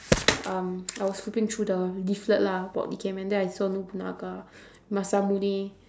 um I was flipping through the leaflet lah about ikemen then I saw nobunaga masamune